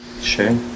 sure